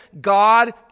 God